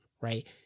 right